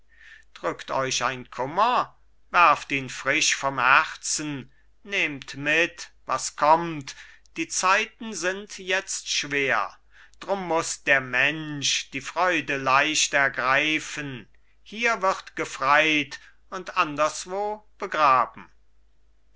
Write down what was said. drückt euch ein kummer werft ihn frisch vom herzen nehmt mit was kommt die zeiten sind jetzt schwer drum muss der mensch die freude leicht ergreifen hier wird gefreit und anderswo begraben